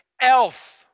Elf